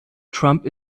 trump